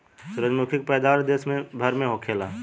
सूरजमुखी के पैदावार देश भर में होखेला